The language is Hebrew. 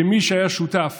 כמי שהיה שותף